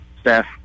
staff